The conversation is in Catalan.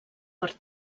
per